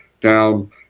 down